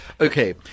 Okay